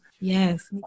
Yes